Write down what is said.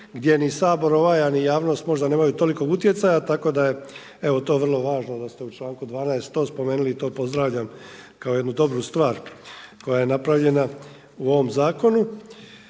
gdje ni Sabor ovaj, a ni javnost možda nemaju tolikog utjecaja, tako da je evo to vrlo važno, da ste u članku 12. to spomenuli i to pozdravljam kao jednu dobru stvar koja je napravljena u ovom zakonu.